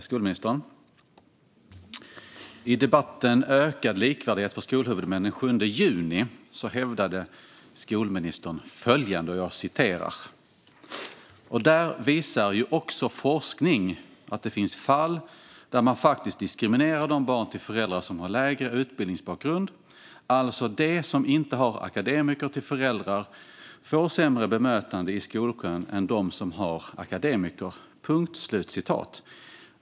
Fru talman! I debatten om ökad likvärdighet för skolhuvudmän den 7 juni hävdade skolministern följande: "Forskning visar också att det finns fall där man diskriminerar barn till föräldrar som har lägre utbildningsbakgrund. De som inte har akademiker till föräldrar får alltså sämre bemötande i skolkön än de som har det."